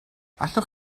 allwch